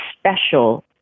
special